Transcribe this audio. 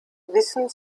wissen